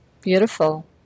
beautiful